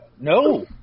No